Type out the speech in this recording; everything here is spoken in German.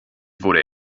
wurde